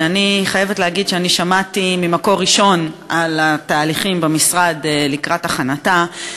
שאני חייבת להגיד ששמעתי ממקור ראשון על התהליכים במשרד לקראת הכנתה,